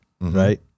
right